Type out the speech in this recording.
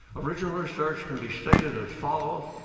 original research, can be stated as follows,